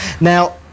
Now